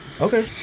Okay